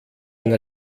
ein